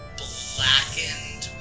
blackened